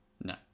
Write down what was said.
no